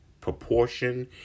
proportion